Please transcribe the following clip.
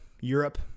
Europe